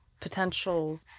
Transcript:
potential